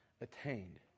attained